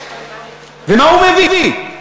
ומה הוא מביא?